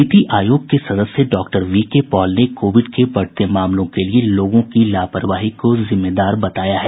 नीति आयोग के सदस्य डॉक्टर वी के पॉल ने कोविड के बढ़ते मामलों के लिए लोगों की लापरवाही को जिम्मेदार बताया है